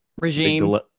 regime